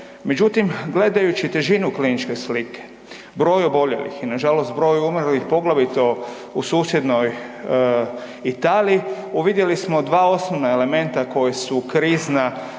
Međutim, gledajući težinu kliničke slike, broj oboljelih i nažalost broj umrlih, poglavito u susjednoj Italiji uvidjeli smo dva osnovna elementa koja su krizna